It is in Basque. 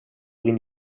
egin